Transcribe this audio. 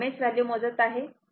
हे RMS value मोजत आहे